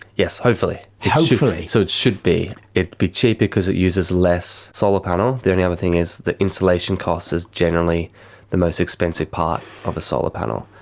yes, hopefully. hopefully? so it should be. it would be cheaper because it uses less solar panel. the only other thing is the installation costs is generally the most expensive part of a solar panel.